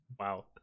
Wow